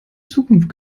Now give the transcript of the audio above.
zukunft